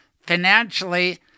financially